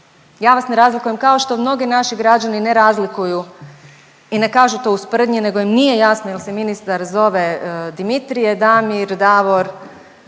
Ja vas ne razlikujem kao što mnogi naši građani ne razliku i ne kažu to u sprdnji nego nije jasno jel se ministar zove Dimitrije, Damir, Davor,